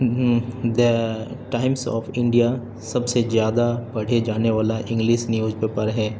the Times of India سب سے زیادہ پڑھے جانے والا انگلس نیوج پیپر ہے